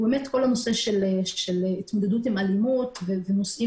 הוא נושא של התמודדות עם אלימות ונושאים